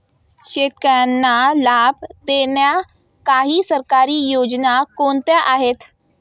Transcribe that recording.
शेतकऱ्यांना लाभ देणाऱ्या काही सरकारी योजना कोणत्या आहेत?